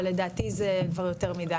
אבל לדעתי זה כבר יותר מידי.